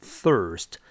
thirst